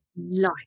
life